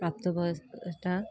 প্ৰাপ্তবয়স্কতা